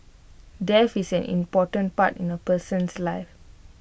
death is an important part in A person's life